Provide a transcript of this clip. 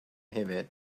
hefyd